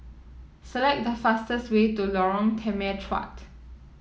select the fastest way to Lorong Temechut